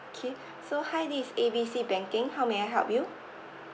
K so hi this is A B C banking how may I help you